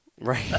Right